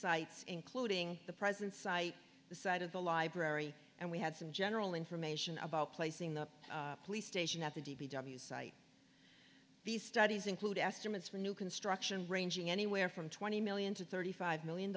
sites including the present site the side of the library and we had some general information about placing the police station at the d b w site these studies include estimates for new construction ranging anywhere from twenty million to thirty five million